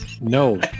No